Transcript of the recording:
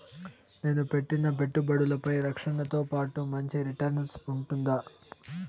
నేను పెట్టిన పెట్టుబడులపై రక్షణతో పాటు మంచి రిటర్న్స్ ఉంటుందా?